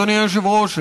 אדוני היושב-ראש,